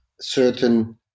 certain